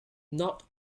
not